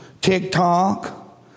TikTok